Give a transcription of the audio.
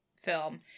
film